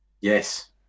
Yes